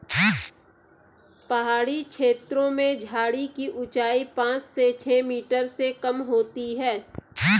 पहाड़ी छेत्रों में झाड़ी की ऊंचाई पांच से छ मीटर से कम होती है